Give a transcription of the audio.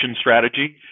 strategy